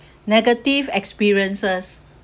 negative experiences